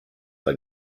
war